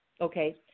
okay